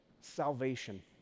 salvation